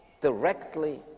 directly